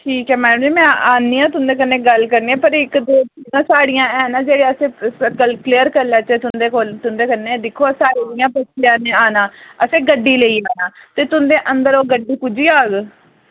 ठीक ऐ मैडम जी में आन्नी आ तुन्दे कन्नै गल्ल करनी आं पर इक दो चीजां साढ़ियां हैन न जेह्ड़ियां असें क्लियर करी लैचे तुन्दे कोल तुन्दे कन्नै आना असें गड्डी लेइयै आना ते तुन्दे अंदर ओह् गड्डी पुज्जी जाह्ग